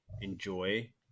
enjoy